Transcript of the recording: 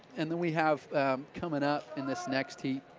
and then we have coming up in this next heat